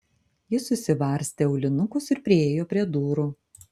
ji susivarstė aulinukus ir priėjo prie durų